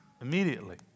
immediately